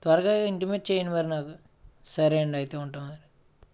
త్వరగా ఇంటిమేట్ చేయండి మరి నాకు సరేఅండి అయితే ఉంటా మరి